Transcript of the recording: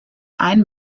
ein